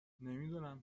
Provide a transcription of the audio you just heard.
نمیدونم